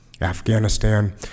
Afghanistan